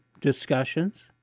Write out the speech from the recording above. discussions